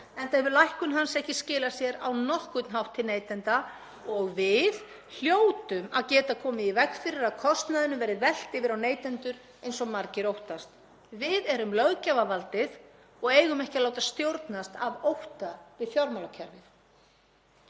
enda hefur lækkun hans ekki skilað sér á nokkurn hátt til neytenda og við hljótum að geta komið í veg fyrir að kostnaðinum verði velt yfir á neytendur eins og margir óttast. Við erum löggjafarvaldið og eigum ekki að láta stjórnast af ótta við fjármálakerfið.